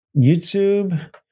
YouTube